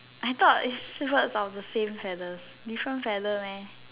I thought is birds of the same feather different feather meh